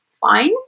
fine